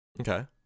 okay